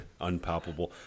Unpalpable